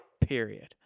period